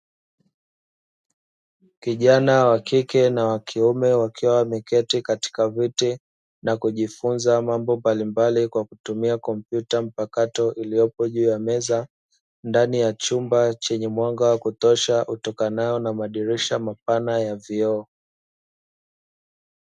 Kijana wa kike na wa kiume, wakiwa wameketi katika viti na kujifunza mambo mbalimbali kwa kutumia kompyuta mpakato iliyopo juu ya meza, ndani ya chumba chenye mwanga wa kutosha utokanao na madirisha mapana ya vioo.